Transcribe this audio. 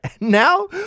Now